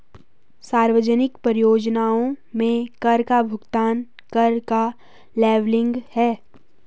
सार्वजनिक परियोजनाओं में कर का भुगतान कर का लेबलिंग है